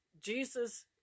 Jesus